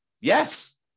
Yes